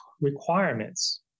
requirements